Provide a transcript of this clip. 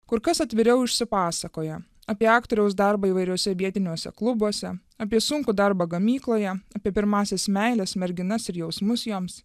kur kas atviriau išsipasakoja apie aktoriaus darbą įvairiuose vietiniuose klubuose apie sunkų darbą gamykloje apie pirmąsias meiles merginas ir jausmus joms